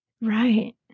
Right